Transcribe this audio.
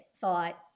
thought